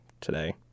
today